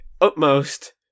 utmost